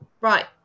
right